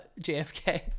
JFK